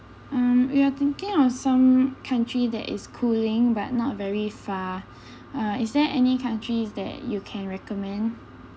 mm we are thinking of some country that is cooling but not very far uh is there any countries that you can recommend